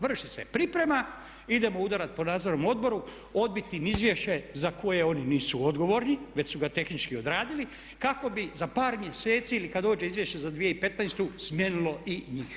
Vrši se priprema, idemo udarati po Nadzornom odboru, odbiti im izvješće za koje oni nisu odgovorni već su ga tehnički odradili kako bi za par mjeseci ili kad dođe izvješće za 2015. smijenilo i njih.